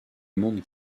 monde